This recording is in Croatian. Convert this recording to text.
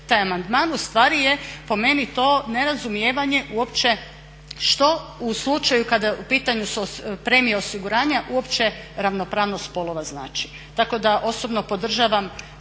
taj amandman, ustvari je po meni to nerazumijevanje uopće što u slučaju kada u pitanju su premije osiguranja uopće ravnopravnost spolova znači. Tako da osobno podržavam